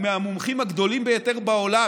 מהמומחים הגדולים ביותר בעולם,